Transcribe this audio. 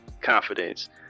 Confidence